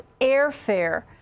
airfare